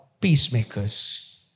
peacemakers